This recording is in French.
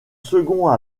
second